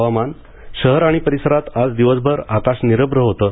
हवामान शहर आणि परिसरात आज दिवसभर आकाश निरभ्र होतं